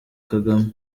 kagame